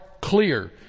clear